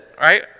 right